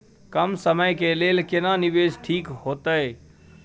कम समय के लेल केना निवेश ठीक होते?